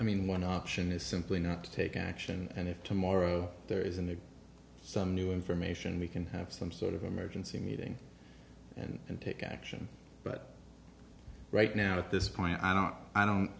i mean one option is simply not to take action and if tomorrow there isn't there some new information we can have some sort of emergency meeting and take action but right now at this point i don't i don't